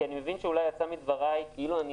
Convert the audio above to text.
כי אני מבין שיצא מדבריי כאילו שאני